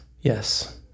Yes